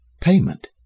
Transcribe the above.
payment